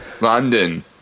London